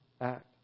act